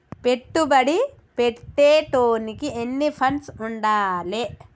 పెట్టుబడి పెట్టేటోనికి ఎన్ని ఫండ్స్ ఉండాలే?